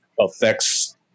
affects